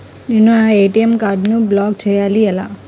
నేను నా ఏ.టీ.ఎం కార్డ్ను బ్లాక్ చేయాలి ఎలా?